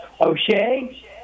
O'Shea